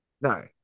No